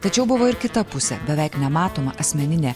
tačiau buvo ir kitą pusė beveik nematomą asmeninė